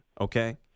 okay